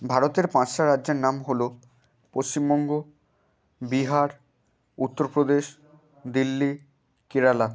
ভারতের পাঁচটা রাজ্যের নাম হল পশ্চিমবঙ্গ বিহার উত্তরপ্রদেশ দিল্লি কেরালা